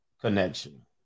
connection